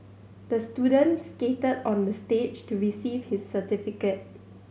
the student skated on the stage to receive his certificate